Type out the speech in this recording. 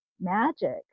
magic